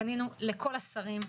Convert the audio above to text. פנינו לכל השרים,